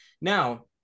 Now